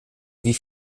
wie